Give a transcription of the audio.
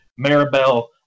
Maribel